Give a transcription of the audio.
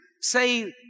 say